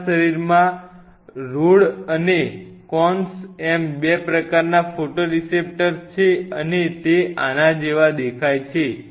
આપણા શરીરમાં રૉડ અને કોન્સ એમ બે પ્રકારના ફોટોરેસેપ્ટર્સ છે અને તે આના જેવા દેખાય છે